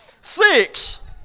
six